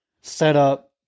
setup